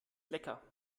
lecker